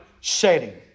setting